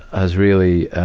has really,